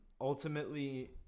ultimately